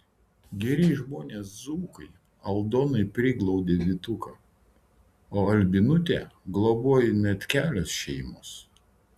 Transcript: geri žmonės dzūkai aldoniai priglaudė vytuką o albinutę globojo net kelios šeimos